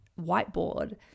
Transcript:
whiteboard